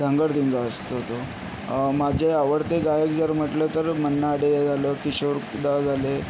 धांगडधिंगा असतो तो माझे आवडते गायक जर म्हटलं तर मन्ना डे झालं किशोरदा झाले